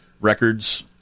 records